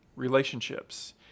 Relationships